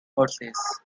horses